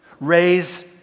raise